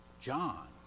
John